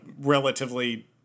relatively